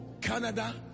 Canada